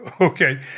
okay